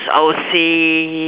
I would say